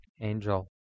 angel